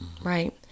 right